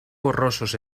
borrosos